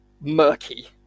murky